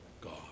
God